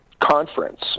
conference